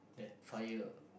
that fire